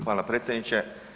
Hvala predsjedniče.